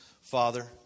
Father